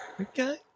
Okay